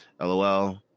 LOL